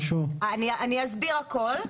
אני אסביר הכל,